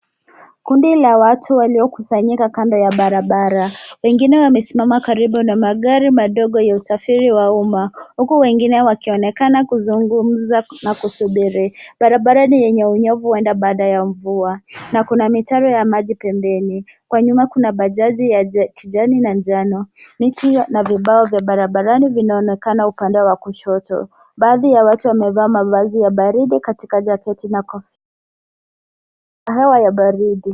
Kundi la watu waliokusanyika kando ya barabara, wengine wamesimama karibu na magari madogo ya usafiri wa umma huku wengine wakionekana kuzungumza na kusubiri. Barabara ni yenye unyevu huenda baada ya mvua na kuna mitaro ya maji pembeni. Kwa nyuma kuna bajaji ya kijani na njano. Miti na vibao vya barabarani vinaonekana upande wa kushoto. Baadhi ya watu wamevaa mavazi ya baridi katika jaketi na kofia na hewa ya baridi.